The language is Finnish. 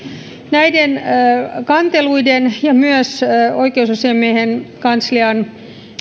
näiden kanteluiden ja myös oikeusasiamiehen kanslian